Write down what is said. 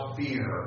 fear